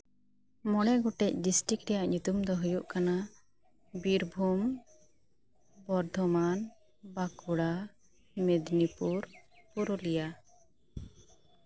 ᱢᱚᱬᱮ ᱜᱚᱴᱮᱱ ᱰᱤᱥᱴᱤᱠ ᱨᱮᱭᱟᱜ ᱧᱩᱛᱩᱢ ᱫᱚ ᱦᱩᱭᱩᱜ ᱠᱟᱱᱟ ᱼ ᱵᱤᱨᱵᱷᱩᱢ ᱵᱚᱨᱫᱷᱚᱢᱟᱱ ᱵᱟᱸᱠᱩᱲᱟ ᱢᱮᱫᱱᱤᱯᱩᱨ ᱯᱩᱨᱩᱞᱤᱭᱟ